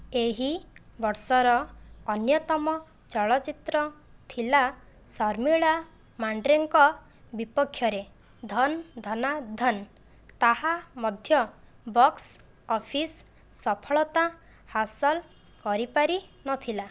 ଏହି ବର୍ଷର ଅନ୍ୟତମ ଚଳଚ୍ଚିତ୍ର ଥିଲା ଶର୍ମିଳା ମାଣ୍ଡ୍ରେଙ୍କ ବିପକ୍ଷରେ ଧନ୍ ଧନା ଧନ୍ ତାହା ମଧ୍ୟ ବକ୍ସ ଅଫିସ ସଫଳତା ହାସଲ କରିପାରିନଥିଲା